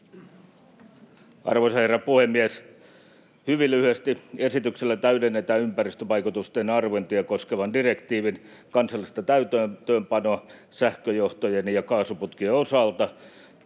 Arvoisa herra puhemies! Hyvin lyhyesti: Esityksellä täydennetään ympäristövaikutusten arviointia koskevan direktiivin kansallista täytäntöönpanoa sähköjohtojen ja kaasuputkien osalta.